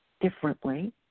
differently